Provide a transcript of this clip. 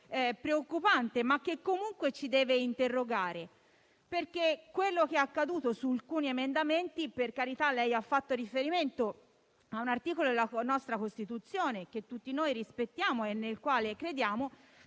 preoccupante, ma che comunque ci deve far riflettere. Questa mattina è accaduto che su alcuni emendamenti (certamente lei ha fatto riferimento a un articolo della nostra Costituzione che tutti noi rispettiamo e nel quale crediamo),